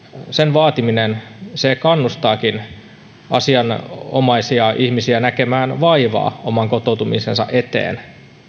vaatiminen kannustaakin asianomaisia ihmisiä näkemään vaivaa oman kotoutumisensa eteen